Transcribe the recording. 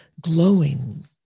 glowing